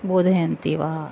बोधयन्ति वा